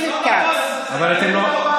זאת שעת לילה מאוחרת,